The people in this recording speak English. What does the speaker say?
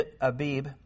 Abib